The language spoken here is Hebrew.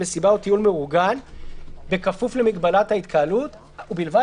מסיבה או טיול מאורגן בכפוף למגבלת ההתקהלות ובלבד